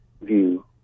view